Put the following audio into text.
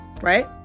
Right